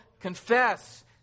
confess